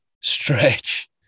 stretch